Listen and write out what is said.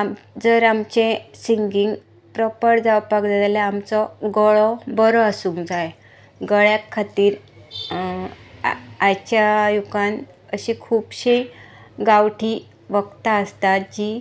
आम जर आमचें सिंगींग प्रोपर जावपाक जाय जाल्यार आमचो गळो बरो आसूंक जाय गळ्या खातीर आयच्या युगान अशी खुबशीं गांवठी वकदां आसतात जीं